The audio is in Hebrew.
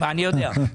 אני יודע.